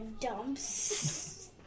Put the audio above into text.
dumps